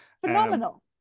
Phenomenal